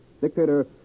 dictator